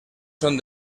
son